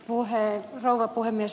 arvoisa rouva puhemies